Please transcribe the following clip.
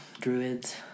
druids